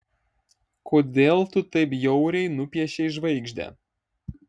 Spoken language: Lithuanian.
kodėl tu taip bjauriai nupiešei žvaigždę